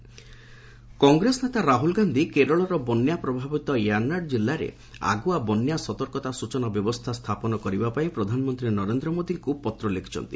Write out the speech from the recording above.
Rahul PM Congress ନେତା ରାହୁଳ ଗାନ୍ଧି କେରଳର ବନ୍ୟା ପ୍ରଭାବିତ ୟାଏନାଡ ଜିଲ୍ଲାରେ ଆଗୁଆ ବନ୍ୟା ସତର୍କତା ସୂଚନା ବ୍ୟବସ୍ଥା ସ୍ଥାପନ କରିବା ପାଇଁ ପ୍ରଧାନମନ୍ତ୍ରୀ ନରେନ୍ଦ୍ର ମୋଦିଙ୍କୁ ପତ୍ର ଲେଖିଛନ୍ତି